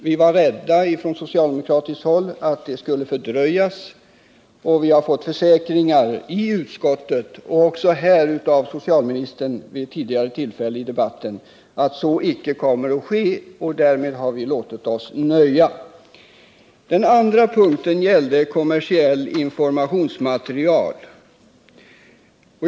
Vi var från socialdemokratiskt håll rädda för att reformen skulle fördröjas, men vi har fått försäkringar i utskottet och också här av socialministern vid ett tidigare tillfälle i debatten att så icke kommer att ske, så därmed kan vi låta oss nöja. Den andra punkten gällde kommersiellt informationsmaterial.